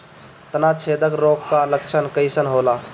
तना छेदक रोग का लक्षण कइसन होला?